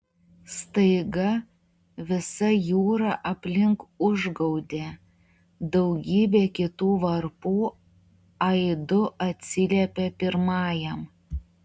staiga visa jūra aplink užgaudė daugybė kitų varpų aidu atsiliepė pirmajam